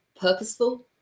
purposeful